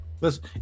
listen